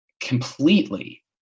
completely